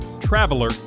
traveler